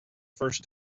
first